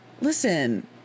listen